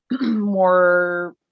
more